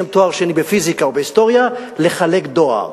תואר שני בפיזיקה או בהיסטוריה לחלק דואר.